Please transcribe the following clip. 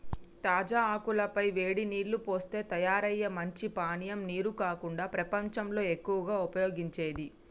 తాజా ఆకుల పై వేడి నీల్లు పోస్తే తయారయ్యే మంచి పానీయం నీరు కాకుండా ప్రపంచంలో ఎక్కువగా ఉపయోగించేది